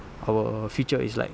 our future is like